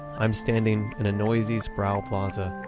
i'm standing in a noisy sproul plaza,